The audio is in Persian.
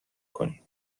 کنین